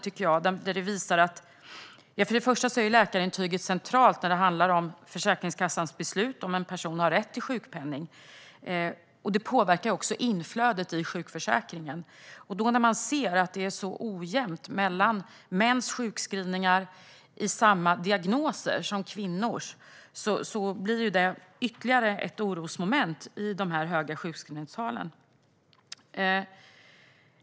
I rapporten visas att läkarintyget är centralt i Försäkringskassans beslut om en person har rätt till sjukpenning, och det påverkar också inflödet i sjukförsäkringen. När man då ser att det är så ojämnt mellan mäns och kvinnors sjukskrivningar, fast diagnosen är densamma, blir det ytterligare ett orosmoment när det gäller de höga sjukskrivningstalen.